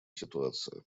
ситуация